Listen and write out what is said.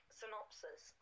synopsis